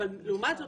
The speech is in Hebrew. אבל לעומת זאת,